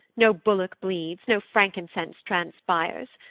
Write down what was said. no bullock bleeds, no frankincense transpires,